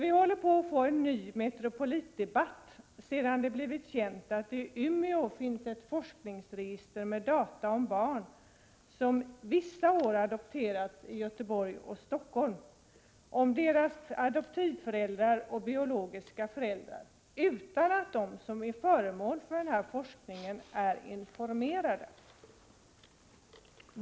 Vi håller på att få en ny Metropolitdebatt sedan det blivit känt att det i Umeå finns ett forskningsregister med data om barn som vissa år adopterats i Göteborg och Stockholm, om deras adoptivföräldrar och om deras biologiska föräldrar, utan att de som är föremål för forskningen är informerade.